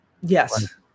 Yes